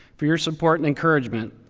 for your support and encouragement.